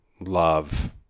love